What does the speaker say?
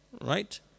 right